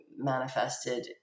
manifested